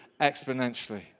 exponentially